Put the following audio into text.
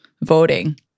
voting